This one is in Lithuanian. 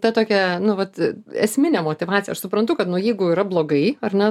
ta tokia nu vat esminė motyvacija aš suprantu kad nuo jeigu yra blogai ar ne